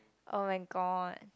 oh-my-god